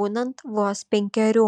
būnant vos penkerių